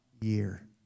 year